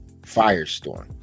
firestorm